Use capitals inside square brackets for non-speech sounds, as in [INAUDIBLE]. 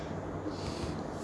[BREATH]